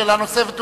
שאלה נוספת,